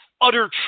utter